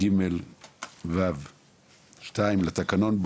(1ג׳),(1ו׳) ו-(2) לתקנון הכנסת,